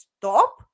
stop